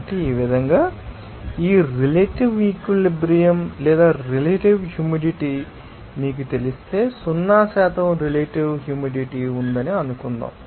కాబట్టి ఈ విధంగా ఈ రిలేటివ్ ఈక్విలిబ్రియం త లేదా రిలేటివ్ హ్యూమిడిటీ మీకు తెలిస్తే సున్నా శాతం రిలేటివ్ హ్యూమిడిటీ ఉందని అనుకుందాం